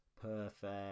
perfect